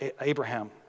Abraham